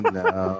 no